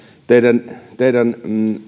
teidän teidän